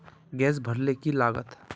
Gas भरले की लागत?